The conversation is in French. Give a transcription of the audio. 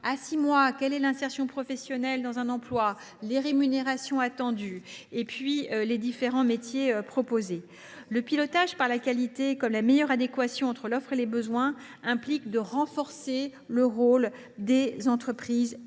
de six mois, les perspectives d’insertion professionnelle dans un emploi, les rémunérations attendues et les différents métiers proposés. Le pilotage par la qualité, qui permet la meilleure adéquation entre l’offre et les besoins, implique de renforcer le rôle des entreprises et des